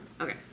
Okay